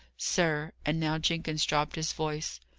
sir, and now jenkins dropped his voice,